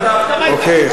אוקיי.